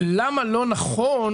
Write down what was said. למה לא נכון